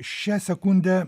šią sekundę